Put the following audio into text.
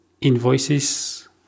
invoices